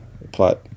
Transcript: plot